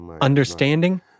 understanding